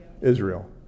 Israel